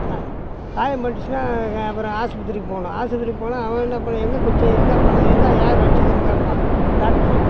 என்ன காயம் பட்டுச்சுனால் அப்புறம் ஆஸ்பத்திரிக்கு போகணும் ஆஸ்பத்திரிக்கு போனால் அவன் என்ன பண்ணுவான் எங்கே குதித்த என்ன பண்ணிணே என்ன யார் அடித்ததுன்னு கேட்பான் டாக்டரு